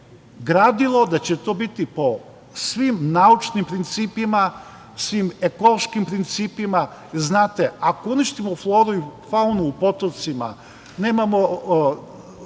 gradilo, da će to biti po svim naučnim principima, svim ekološkim principima. Znate, ako uništimo floru i faunu u potocima, nemamo